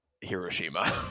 Hiroshima